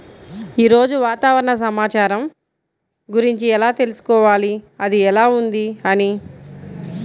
ఈరోజు వాతావరణ సమాచారం గురించి ఎలా తెలుసుకోవాలి అది ఎలా ఉంది అని?